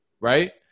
right